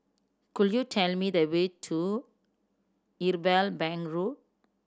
could you tell me the way to Irwell Bank Road